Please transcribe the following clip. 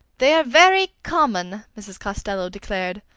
they are very common, mrs. costello declared.